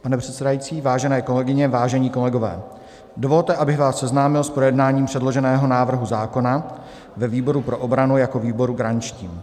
Pane předsedající, vážené kolegyně, vážení kolegové, dovolte, abych vás seznámil s projednáním předloženého návrhu zákona ve výboru pro obranu jako výboru garančním.